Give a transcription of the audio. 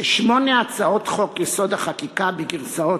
כשמונה הצעות חוק-יסוד: החקיקה בגרסאות